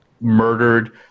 murdered